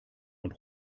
und